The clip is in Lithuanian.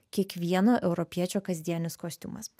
kiekvieno europiečio kasdienis kostiumas